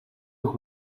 өгөх